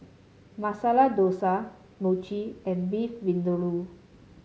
Masala Dosa Mochi and Beef Vindaloo